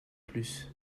plus